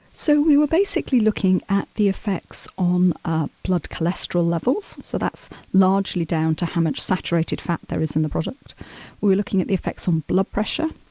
so we were basically looking at the effects on blood cholesterol levels, so that's largely down to how much saturated fat there is in the product. we were looking at the effects on blood pressure